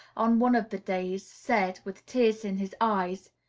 on one of the days, said, with tears in his eyes,